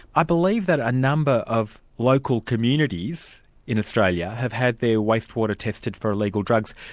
i believe that a number of local communities in australia have had their wastewater tested for illegal drugs.